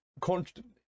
Constantly